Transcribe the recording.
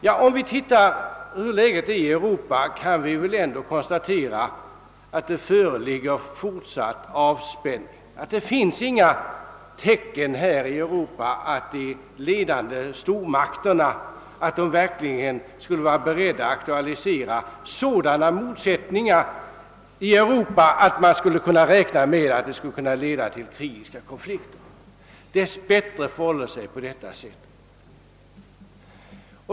Ja, om vi ser på situationen i Europa, kan vi väl ändå konstatera att avspänningen fortsätter, att det inte finns några tecken som tyder på att de ledande stormakterna verkligen skulle vara beredda att aktualisera sådana motsättningar som man kan räkna med skulle kunna leda till krigiska konflikter. Dess bättre förhåller det sig på detta sätt.